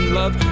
love